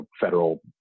federal